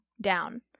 down